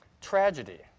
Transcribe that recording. tragedy